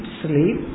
sleep